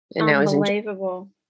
Unbelievable